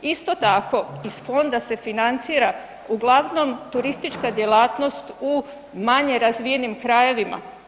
Isto tako iz fonda se financira uglavnom turistička djelatnost u manje razvijenim krajevima.